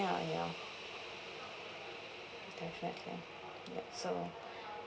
ya ya that's right ya yup so